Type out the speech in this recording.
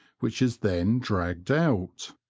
which is then dragged out.